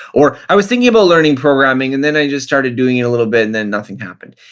or, i was thinking about learning programming and then i just started doing it a little bit and then nothing happened.